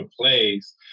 place